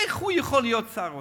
איך הוא יכול להיות שר האוצר?